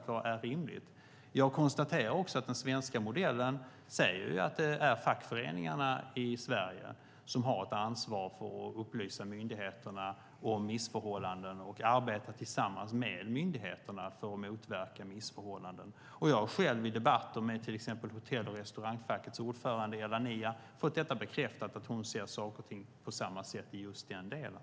att tre månader är rimligt. Jag konstaterar också att den svenska modellen säger att det är fackföreningarna i Sverige som har ett ansvar för att upplysa myndigheterna om missförhållanden och arbeta tillsammans med myndigheterna för att motverka missförhållanden. Jag har själv i debatter till exempel med hotell och restaurangfackets ordförande Ella Niia fått bekräftat att hon ser saker och ting på samma sätt i just den delen.